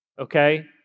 Okay